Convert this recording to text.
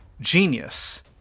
genius